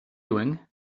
doing